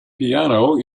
piano